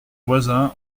voisin